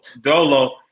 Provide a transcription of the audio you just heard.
Dolo